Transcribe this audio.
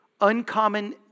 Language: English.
Uncommon